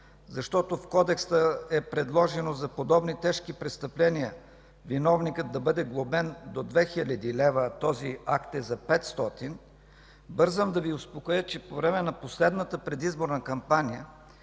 защото в Кодекса е предложено за подобни тежки престъпления виновникът да бъде глобен до 2 хиляди лева, а този акт е за 500, бързам да Ви успокоя, че по време на последната предизборна кампания